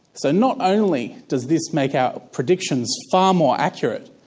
so not only does this make our predictions far more accurate,